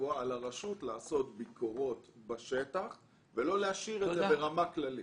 בשבוע על הרשות לעשות ביקורות בשטח ולא להשאיר את זה ברמה כללית.